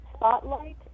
Spotlight